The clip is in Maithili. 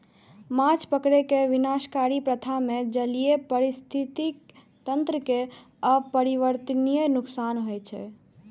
माछ पकड़ै के विनाशकारी प्रथा मे जलीय पारिस्थितिकी तंत्र कें अपरिवर्तनीय नुकसान होइ छै